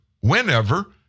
whenever